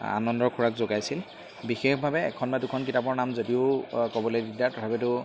আনন্দৰ খোৰাক যোগাইছিল বিশেষভাৱে এখন বা দুখন কিতাপৰ নাম যদিও ক'বলৈ দিগদাৰ তথাপিতো